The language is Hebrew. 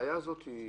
המשפטים,